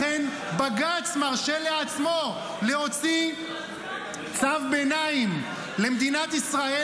לכן בג"ץ מרשה לעצמו להוציא צו ביניים למדינת ישראל